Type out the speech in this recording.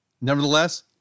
Nevertheless